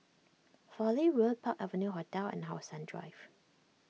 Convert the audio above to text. Fowlie Road Park Avenue Hotel and How Sun Drive